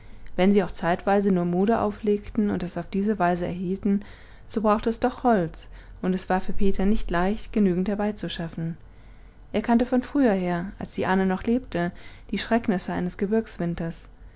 wenn sie auch zeitweise nur moder auflegten und es auf diese weise erhielten so brauchte es doch holz und es war für peter nicht leicht genügend herbeizuschaffen er kannte von früher her als die ahnl noch lebte die schrecknisse eines gebirgswinters